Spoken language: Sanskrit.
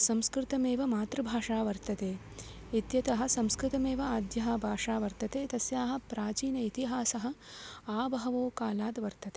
संस्कृतमेव मातृभाषा वर्तते इत्यतः संस्कृतमेव आद्या भाषा वर्तते तस्याः प्राचीनः इतिहासः आबहवो कालात् वर्तते